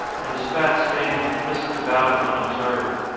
and his fat spaniel frisked about him unobserved.